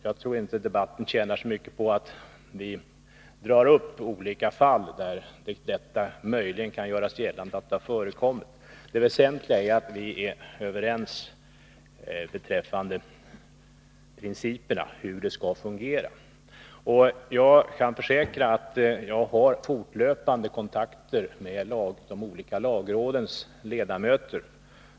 Jag tror inte att debatten tjänar så mycket på att vi tar upp olika fall där det möjligen kan göras gällande att detta har förekommit. Det väsentliga är att vi är överens beträffande principerna om hur det skall fungera. Jag kan försäkra att jag har fortlöpande kontakter med de olika lagrådens ledamöter.